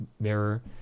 mirror